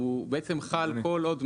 הוא בעצם חל כל עוד,